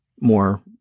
more